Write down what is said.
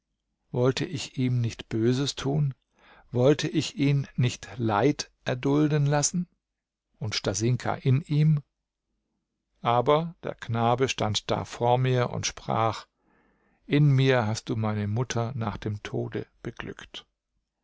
wollte ich ihm nicht böses tun wollte ich ihn nicht leid erdulden lassen und stasinka in ihm aber der knabe stand da vor mir und sprach in mir hast du meine mutter nach dem tode beglückt